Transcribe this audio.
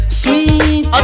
sweet